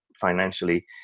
financially